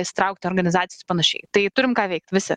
įsitraukt į organizacijas panašiai tai turim ką veikt visi